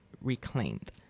reclaimed